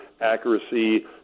accuracy